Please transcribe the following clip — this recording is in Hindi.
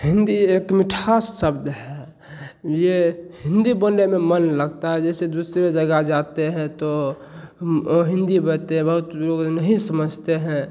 हिंदी एक मिठास शब्द है ये हिंदी बोलने में मन लगता है जैसे दूसरे जगह जाते हैं तो हिंदी बोलते वक्त लोग नहीं समझते हैं